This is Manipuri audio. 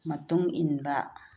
ꯃꯇꯨꯡ ꯏꯟꯕ